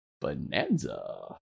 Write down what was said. bonanza